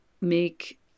make